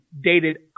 dated